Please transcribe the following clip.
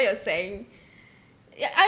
you're saying ya I